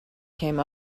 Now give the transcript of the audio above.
came